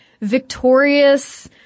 victorious